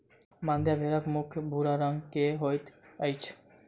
मांड्या भेड़क मुख भूरा रंग के होइत अछि